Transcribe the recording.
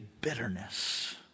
bitterness